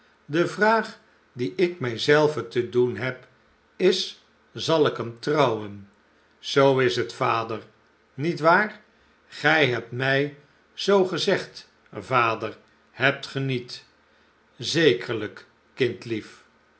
de vraag die ik mij zelve te doen heb is zal ikhemtrouwen zoo is het vader niet waar gij hebt mij zoo gezegd vader hebt ge niet